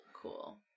Cool